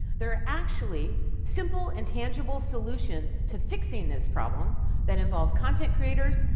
there are actually simple and tangible solutions to fixing this problem that involve content creators,